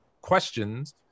questions